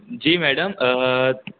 ji madam a